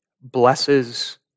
blesses